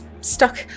stuck